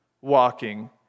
walking